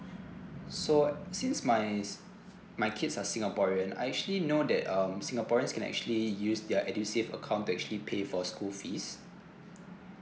so since my is my kids are singaporean I actually know that um singaporeans can actually use their edusave account to actually pay for school fees